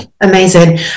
Amazing